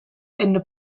into